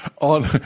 on